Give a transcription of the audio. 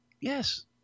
yes